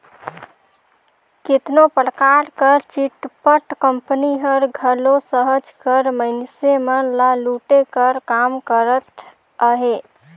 केतनो परकार कर चिटफंड कंपनी हर घलो सहज कर मइनसे मन ल लूटे कर काम करत अहे